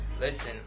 listen